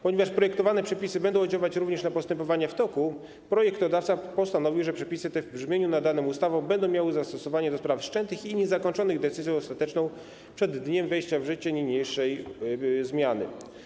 Ponieważ projektowane przepisy będą oddziaływać również na postępowania w toku, projektodawca postanowił, że przepisy te, w brzmieniu nadanym ustawą, będą miały zastosowanie do spraw wszczętych i niezakończonych decyzją ostateczną przed dniem wejścia w życie niniejszej zmiany.